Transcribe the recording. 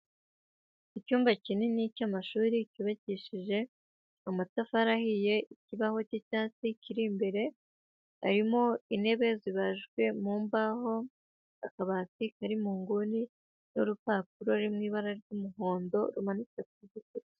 Icyumba kinini cy'amashuri cyubakishije amatafari ahiye ikibaho cy'icyatsi kiri imbere harimo intebe zibajwe mu mbaho, akabati kari mu nguni n'urupapuro ruri mu ibara ry'umuhondo rumanitse ku rukuta.